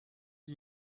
you